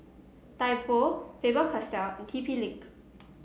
Typo Faber Castell and T P Link